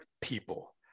people